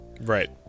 right